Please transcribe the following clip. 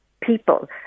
people